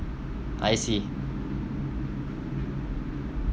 I see